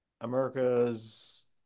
America's